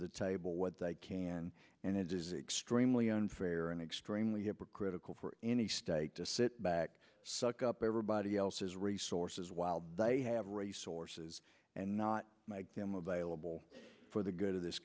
the table what they can and it is extremely unfair and extremely hypocritical for any state to sit back suck up everybody else's resources while they have resources and not make them available for the good of this